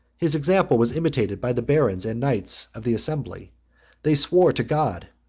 his example was imitated by the barons and knights of the assembly they swore to god,